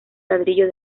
ladrillo